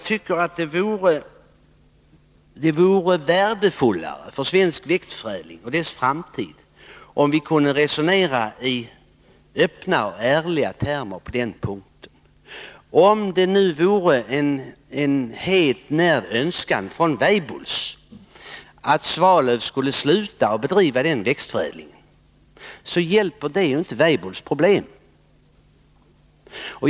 Det vore värdefullare för svensk växtförädling och dess framtid om vi på denna punkt kunde resonera i ärliga termer. Även om det skulle vara en länge närd önskan från Weibulls sida att Svalöf skall upphöra med denna växtförädling, löser inte det Weibulls problem.